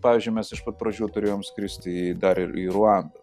pavyzdžiui me iš pat pradžių ir turėjom skristi į dar į ruandą